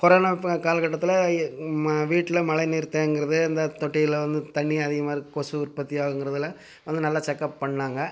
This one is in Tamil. கொரோனா ப காலகட்டத்தில் எ மா வீட்டில் மழை நீர் தேங்குறது இந்த தொட்டியில வந்து தண்ணி அதிகமாக இருக் கொசு உற்பத்தி ஆகுங்கிறது எல்லாம் வந்து நல்லா செக்அப் பண்ணாங்க